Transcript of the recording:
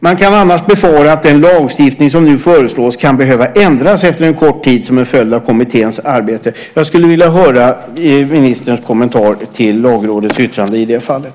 Man kan annars befara att den lagstiftning som nu föreslås kan behöva ändras efter en kort tid som en följd av kommitténs arbete. Jag skulle vilja höra ministerns kommentar till Lagrådets yttrande i det fallet.